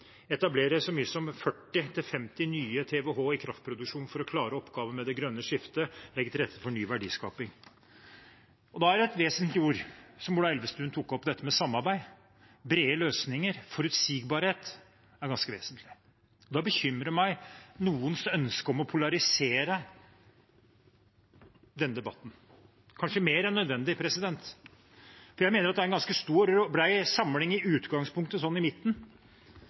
så mye som 40–50 nye TWh i kraftproduksjonen for å klare oppgavene med det grønne skiftet og legge til rette for ny verdiskaping. Da er det et vesentlig ord som Ola Elvestuen tok opp, dette med samarbeid. Brede løsninger og forutsigbarhet er ganske vesentlig. Da bekymrer det meg at noen har ønske om å polarisere denne debatten – kanskje mer enn nødvendig, for jeg mener at det i utgangspunktet er en ganske stor og bred samling i midten. Men ytterpunktene, sånn de framstår i